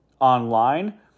online